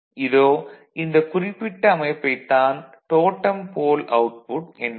இதோ இந்த குறிப்பிட்ட அமைப்பைத் தான் டோட்டம் போல் அவுட்புட் என்போம்